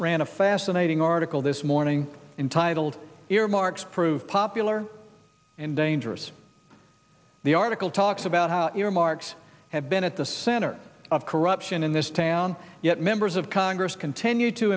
ran a fascinating article this morning entitled earmarks prove popular and dangerous the article talks about how earmarks have been at the center of corruption in this town yet members of congress continue to